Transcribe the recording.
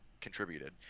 contributed